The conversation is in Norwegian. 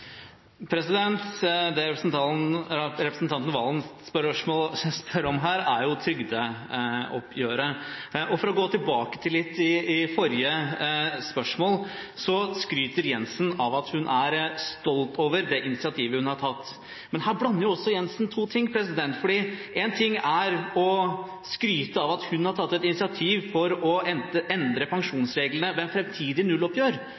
representanten Snorre Serigstad Valen spør om her, er jo trygdeoppgjøret. For å gå litt tilbake til forrige spørsmål: Jensen skryter av at hun er stolt over det initiativet hun har tatt, men her blander Jensen to ting. Én ting er å skryte av at hun har tatt et initiativ for å endre pensjonsreglene ved et framtidig nulloppgjør;